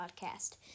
podcast